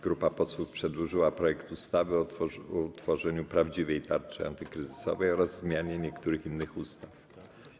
Grupa posłów przedłożyła projekt ustawy o utworzeniu prawdziwej Tarczy antykryzysowej oraz o zmianie niektórych innych ustaw.